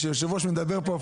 כשיושב-ראש מדבר פה,